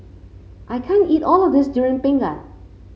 I can't eat all of this Durian Pengat